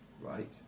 Right